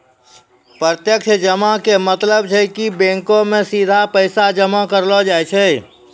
प्रत्यक्ष जमा के मतलब छै कि बैंको मे सीधा पैसा जमा करलो जाय छै